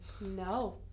No